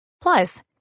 Plus